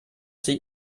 sich